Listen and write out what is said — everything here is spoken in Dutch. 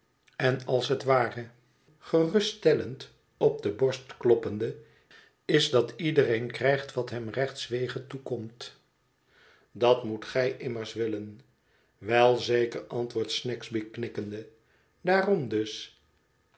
en als het ware geruststellend op de borst kloppende is dat iedereen krijgt i mêêm het verlaten huis wat hem van rechtswege toekomt dat moet gij immers willen wel zeker antwoordt snagsby knikkende daarom dus